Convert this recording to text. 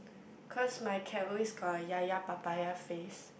cause my cat always got a yaya papaya face